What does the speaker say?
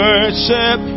Worship